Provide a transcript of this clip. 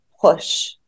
push